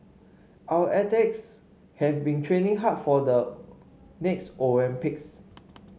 our athletes have been training hard for the next Olympics